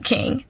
King